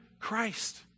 Christ